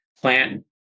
plant